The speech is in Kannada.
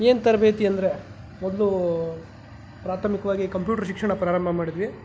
ಏನು ತರಬೇತಿ ಅಂದರೆ ಮೊದಲು ಪ್ರಾಥಮಿಕವಾಗಿ ಕಂಪ್ಯೂಟ್ರು ಶಿಕ್ಷಣ ಪ್ರಾರಂಭ ಮಾಡಿದ್ವಿ